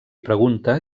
pregunta